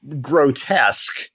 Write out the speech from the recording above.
grotesque